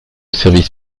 service